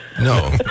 No